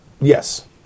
Yes